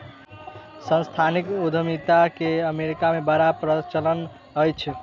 सांस्थानिक उद्यमिता के अमेरिका मे बड़ प्रचलन अछि